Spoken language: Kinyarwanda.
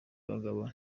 bagabo